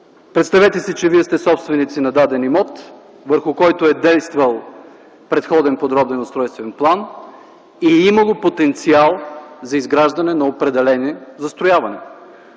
Представете си, че вие сте собственици на даден имот, върху който е действал предходен подробен устройствен план и е имало потенциал за изграждане на определени застроявания,